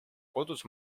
kodus